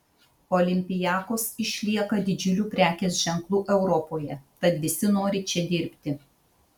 olympiakos išlieka didžiuliu prekės ženklu europoje tad visi nori čia dirbti